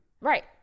right